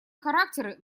характеры